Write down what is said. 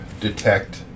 detect